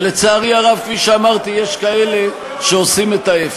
ולצערי הרב, כפי שאמרתי, יש כאלה שעושים את ההפך.